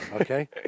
Okay